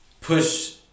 push